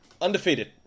undefeated